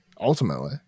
ultimately